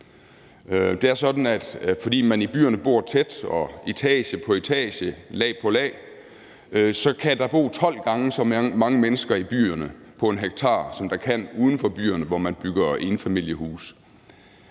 Det er sådan, at fordi man i byerne bor tæt og etage på etage, lag på lag, så kan der bo 12 gange så mange mennesker i byerne på 1 ha, som der kan uden for byerne, hvor man bygger enfamilieshuse.